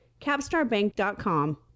CapstarBank.com